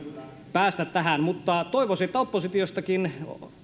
päästä tähän toivoisin että oppositiostakin